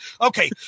Okay